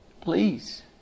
please